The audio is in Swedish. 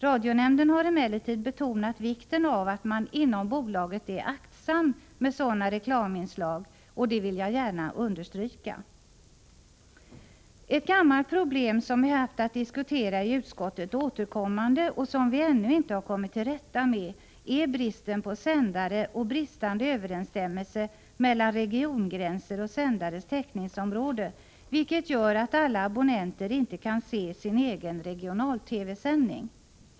Radionämnden har emellertid betonat vikten av att man inom bolaget är aktsam med sådana reklaminslag, och det vill jag gärna understryka. Ett gammalt problem, som vi haft att diskutera i utskottet vid flera tillfällen och som vi ännu inte kommit till rätta med, är bristen på sändare och bristande överensstämmelse mellan regiongränser och sändares täckningsområde, vilket gör att alla abonnenter inte kan se sin egen regional-TV sändning.